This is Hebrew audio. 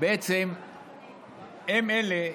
בעצם הם אלה,